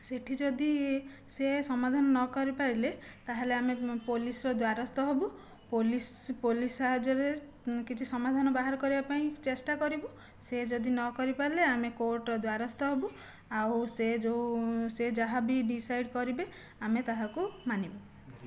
ସେଠି ଯଦି ସିଏ ସମାଧାନ ନ କରିପାରିଲେ ତାହେଲେ ଆମେ ପୋଲିସର ଦ୍ଵାରସ୍ତ ହେବୁ ପୋଲିସ ପୋଲିସ ସାହାଯ୍ୟରେ କିଛି ସମାଧାନ ବାହାର କରିବା ପାଇଁ ଚେଷ୍ଟା କରିବୁ ସେ ଯଦି ନ କରିପାରିଲେ ଆମେ କୋର୍ଟର ଦ୍ଵାରସ୍ତ ହେବୁ ଆଉ ସେ ଯେଉଁ ସେ ଯାହା ବି ଡିସାଇଡ଼ କରିବେ ଆମେ ତାହାକୁ ମାନିବୁ